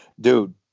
Dude